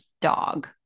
dog